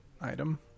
item